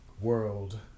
world